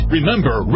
Remember